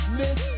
miss